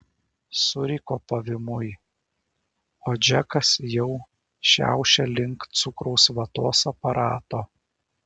suriko pavymui o džekas jau šiaušė link cukraus vatos aparato